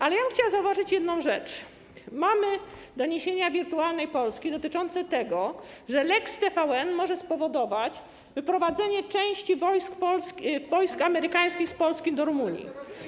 Ale ja bym chciała zauważyć jedną rzecz: mamy doniesienia Wirtualnej Polski dotyczące tego, że lex TVN może spowodować wyprowadzenie części wojsk amerykańskich z Polski do Rumunii.